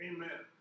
Amen